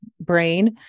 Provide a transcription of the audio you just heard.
brain